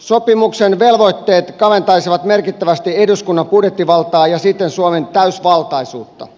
sopimuksen velvoitteet kaventaisivat merkittävästi eduskunnan budjettivaltaa ja siten suomen täysivaltaisuutta